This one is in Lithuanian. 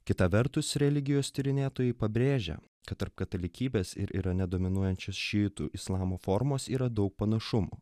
kita vertus religijos tyrinėtojai pabrėžia kad tarp katalikybės ir irane dominuojančios šiitų islamo formos yra daug panašumų